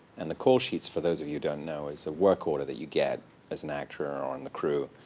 and the call sheets, for those of you who don't know, is a work order that you get as an actor or on the crew,